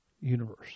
universe